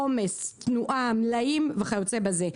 עומס, תנועה, מלאים וכיוצא בזה.